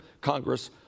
Congress